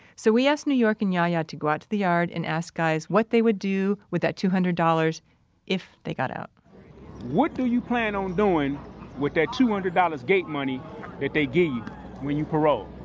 so we asked new york and yahya to go out to the yard and ask guys what they would do with that two hundred dollars if they got out what do you plan on doing with that two hundred dollars gate money that they give you when you parole?